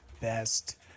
best